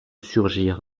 surgir